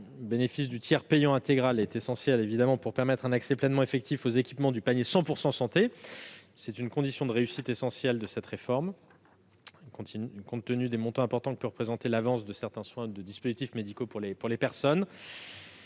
Le bénéfice du tiers payant intégral est indispensable pour permettre un accès pleinement effectif aux équipements du panier « 100 % Santé ». C'est une condition de réussite essentielle de la réforme, compte tenu des montants importants que peut représenter l'avance de certains soins de dispositifs médicaux pour les personnes.